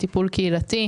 טיפול קהילתי,